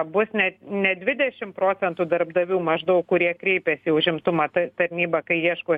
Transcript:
bus ne ne dvidešim procentų darbdavių maždaug kurie kreipiasi į užimtumo ta tarnybą kai ieško